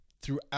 throughout